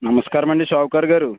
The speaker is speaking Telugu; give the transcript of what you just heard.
నమస్కారమండీ షావుకార్ గారు